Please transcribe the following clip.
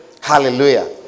Hallelujah